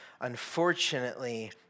unfortunately